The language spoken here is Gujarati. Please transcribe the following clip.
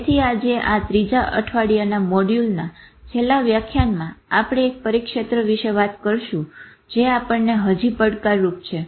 તેથી આજે આ 3 અઠવાડિયાના મોડ્યુલના છેલ્લા વ્યાખ્યાનમાં આપણે એક પરીક્ષેત્ર વિશે વાત કરશું જે આપણને હજી પડકારરૂપ છે